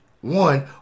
one